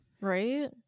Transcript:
Right